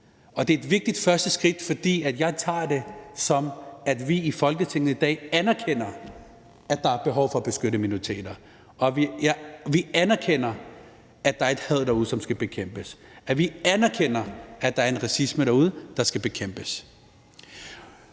det er et vigtigt første skridt, fordi jeg opfatter det på den måde, at vi i Folketinget i dag anerkender, at der er behov for at beskytte minoriteter, at vi anerkender, at der er et had derude, som skal bekæmpes, at vi anerkender, at der er en racisme derude, der skal bekæmpes.